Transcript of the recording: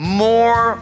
more